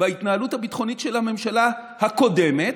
בהתנהלות הביטחונית של הממשלה הקודמת,